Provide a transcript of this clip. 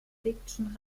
fiction